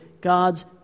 God's